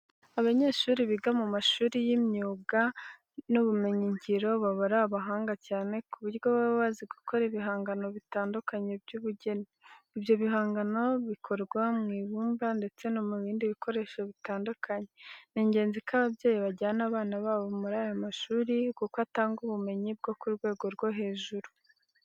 Abanyeshuri biga mu mashuri y'imyuga n'ubumenyingiro baba ari abahanga cyane ku buryo baba bazi gukora ibihangano bitandukanye by'ubugeni. Ibyo bihangano bikorwa mu ibimba ndetse no mu bindi bikoresho bitandukanye. Ni ingenzi ko ababyeyi bajyana abana babo muri aya mashuri kuko atanga ubumenyi bwo ku rwego rwo hejuru.